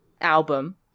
album